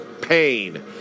pain